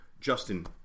Justin